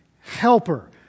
helper